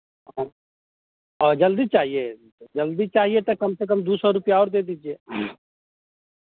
और जल्दी चाहिए जल्दी चाहिए तो कम से कम दो सौ रुपया और दे दीजिए